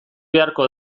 beharko